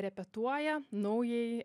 repetuoja naująjį